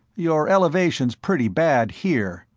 your elevation's pretty bad here,